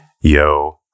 Yo